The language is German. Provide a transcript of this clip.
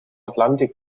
atlantik